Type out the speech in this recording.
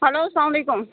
hello سلام علیکُم